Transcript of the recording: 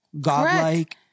godlike